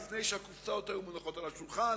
לפני שהקופסאות היו מונחות על השולחן,